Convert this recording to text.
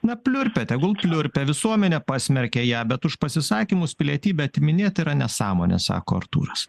na pliurpia tegul pliurpia visuomenė pasmerkė ją bet už pasisakymus pilietybę atiminėt yra nesąmonė sako artūras